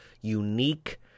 unique